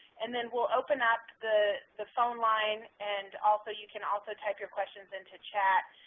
and then we'll open up the the phone line and also you can also type your questions into chat,